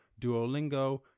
Duolingo